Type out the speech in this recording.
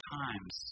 times